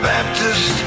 Baptist